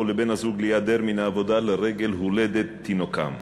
לבן-הזוג להיעדר מן העבודה לרגל הולדת תינוקם.